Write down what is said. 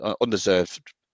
Undeserved